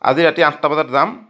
আজি ৰাতি আঠটা বজাত যাম